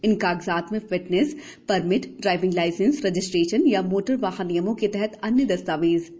इन कागजात में फिटनेसए परमिटए ड्राइविंग लाइसेंसए रजिस्ट्रेशन या मोटर वाहन नियमों के तहत अन्य दस्तावेज शामिल हैं